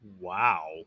Wow